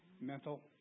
mental